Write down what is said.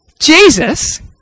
Jesus